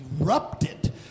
erupted